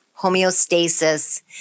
homeostasis